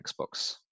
Xbox